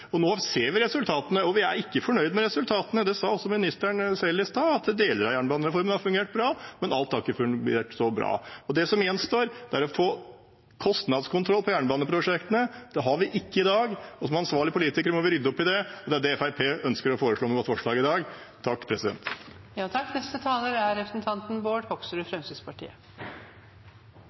Nå ser vi resultatene, og vi er ikke fornøyd med resultatene. Ministeren sa også i sted at deler av jernbanereformen har fungert bra, man alt har ikke fungert så bra. Det som gjenstår, er å få kostnadskontroll på jernbaneprosjektene. Det har vi ikke i dag, og som ansvarlige politikere må vi rydde opp i det, og det er det Fremskrittspartiet ønsker å foreslå med vårt forslag i dag. Jeg kunne ikke dy meg etter å ha hørt på representantene Myrli og Fasteraune. Senterpartiet og Arbeiderpartiet er